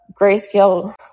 Grayscale